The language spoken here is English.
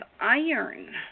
iron